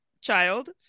child